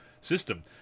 system